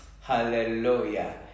Hallelujah